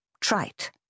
trite